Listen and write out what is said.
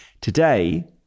Today